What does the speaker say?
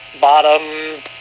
bottom